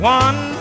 one